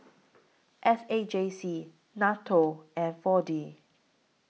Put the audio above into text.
S A J C N A T O and four D